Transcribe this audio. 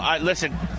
Listen